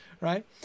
right